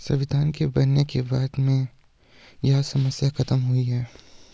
संविधान के बनने के बाद में यह समस्या खत्म हुई है